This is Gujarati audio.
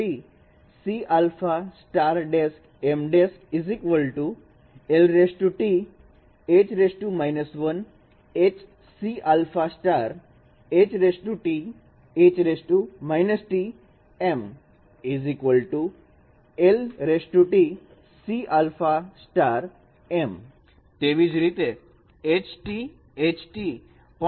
તેવી જ રીતે H T H T પણ આઇડેન્ટિટી મેટ્રિકસ માંથી જ છે